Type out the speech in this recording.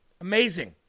Amazing